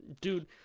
Dude